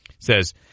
says